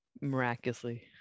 miraculously